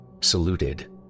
saluted